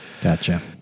Gotcha